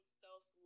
self